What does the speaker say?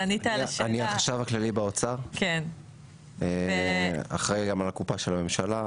אני החשב הכללי באוצר ואחראי גם על הקופה של הממשלה,